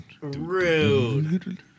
Rude